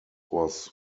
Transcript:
was